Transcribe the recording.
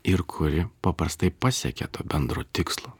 ir kuri paprastai pasiekia to bendro tikslo